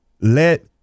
let